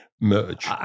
merge